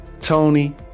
Tony